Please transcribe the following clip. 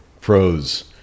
pros